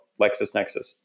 LexisNexis